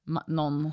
Någon